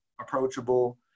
approachable